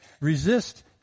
Resist